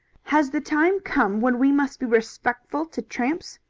has the time come when we must be respectful to tramps?